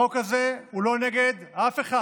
החוק הזה הוא לא נגד אף אחד.